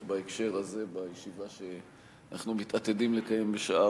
בהקשר הזה בישיבה שאנחנו מתעתדים לקיים בשעה